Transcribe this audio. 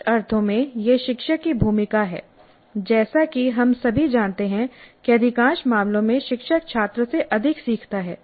कुछ अर्थों में यह शिक्षक की भूमिका है जैसा कि हम सभी जानते हैं कि अधिकांश मामलों में शिक्षक छात्र से अधिक सीखता है